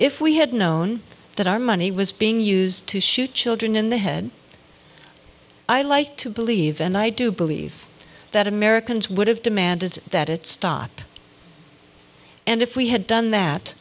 if we had known that our money was being used to shoot children in the head i like to believe and i do believe that americans would have demanded that it stop and if we had done that